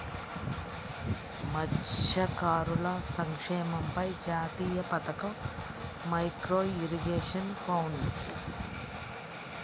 మత్స్యకారుల సంక్షేమంపై జాతీయ పథకం, మైక్రో ఇరిగేషన్ ఫండ్